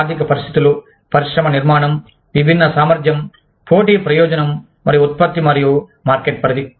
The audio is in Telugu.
ఆర్థిక పరిస్థితులు పరిశ్రమ నిర్మాణం విభిన్న సామర్థ్యం పోటీ ప్రయోజనం మరియు ఉత్పత్తి మరియు మార్కెట్ పరిధి